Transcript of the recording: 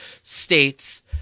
states